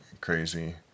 crazy